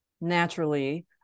naturally